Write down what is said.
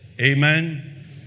Amen